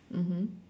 mmhmm